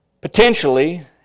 potentially